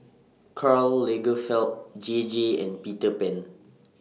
Karl Lagerfeld J J and Peter Pan